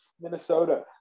Minnesota